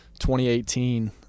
2018